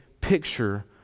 picture